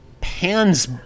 pans